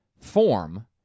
form